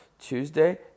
Tuesday